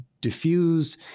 diffuse